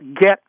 get